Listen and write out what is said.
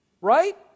Right